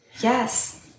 Yes